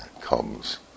comes